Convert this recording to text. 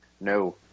No